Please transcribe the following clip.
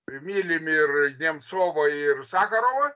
mylim ir nemcovą ir sacharovą